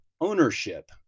ownership